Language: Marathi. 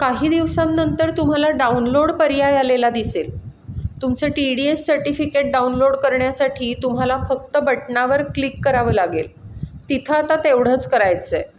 काही दिवसांनंतर तुम्हाला डाउनलोड पर्याय आलेला दिसेल तुमचं T D S certificate download करण्यासाठी तुम्हाला फक्त बटनावर क्लिक करावं लागेल तिथं आता तेवढंच करायचं आहे